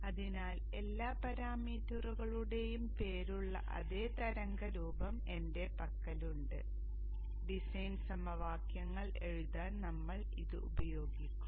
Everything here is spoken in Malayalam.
അതിനാൽ എല്ലാ പാരാമീറ്ററുകളുടെയും പേരുള്ള അതേ തരംഗരൂപം എന്റെ പക്കലുണ്ട് ഡിസൈൻ സമവാക്യങ്ങൾ എഴുതാൻ നമ്മൾ ഇത് ഉപയോഗിക്കും